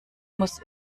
muss